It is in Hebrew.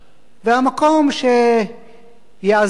והמקום שייעזב